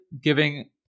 giving